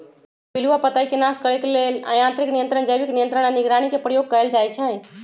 पिलुआ पताईके नाश करे लेल यांत्रिक नियंत्रण, जैविक नियंत्रण आऽ निगरानी के प्रयोग कएल जाइ छइ